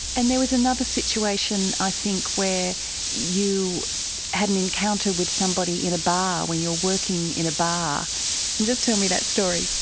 and there was another situation i think where you had an encounter with somebody in a bar when you're working in a bar and just tell me that story.